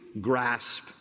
grasp